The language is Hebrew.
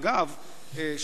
אגב,